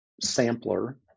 sampler